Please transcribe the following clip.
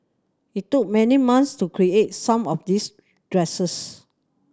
it took many months to create some of these dresses